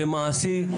זה מעשי,